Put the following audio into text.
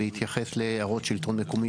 בהתייחס להערות השלטון המקומי,